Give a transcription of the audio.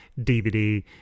DVD